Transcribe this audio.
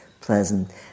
pleasant